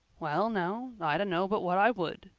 well now, i dunno but what i would,